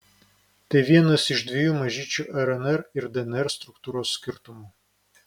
tai vienas iš dviejų mažyčių rnr ir dnr struktūros skirtumų